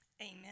Amen